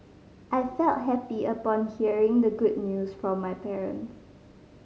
I felt happy upon hearing the good news from my parents